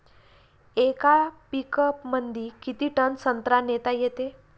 येका पिकअपमंदी किती टन संत्रा नेता येते?